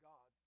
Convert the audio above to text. God